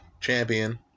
champion